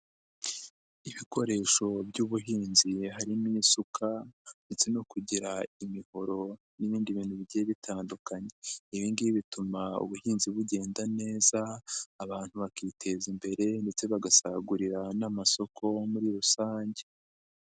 Ibikoresho by'ubuhinzi harimo isuka ndetse no kugira imihoro n'ibindi bintu bigiye bitandukanye. Ibi ngibi bituma ubuhinzi bugenda neza, abantu bakiteza imbere ndetse bagasagurira n'amasoko muri rusange.